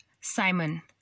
Simon